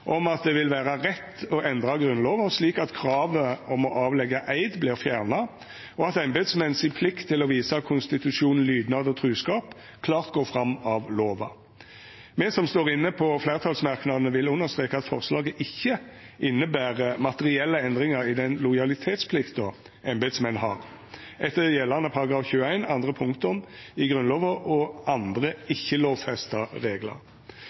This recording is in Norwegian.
om at det vil vera rett å endra Grunnlova slik at kravet om å avleggja eid vert fjerna, og at den plikta embetsmenn har til å visa konstitusjonen lydnad og truskap, klart går fram av lova. Me som står inne på fleirtalsmerknadene, vil understreka at forslaget ikkje inneber materielle endringar i den lojalitetsplikta embetsmenn har, etter gjeldande § 21 andre punktum i Grunnlova og andre ikkje-lovfesta reglar.